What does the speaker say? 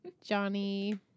Johnny